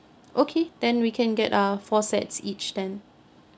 okay then we can get uh four sets each then